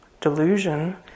delusion